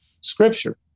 scripture